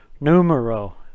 Numero